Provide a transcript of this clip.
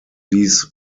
these